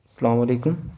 السلام علیکم